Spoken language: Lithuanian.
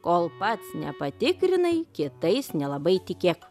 kol pats nepatikrinai kietais nelabai tikėk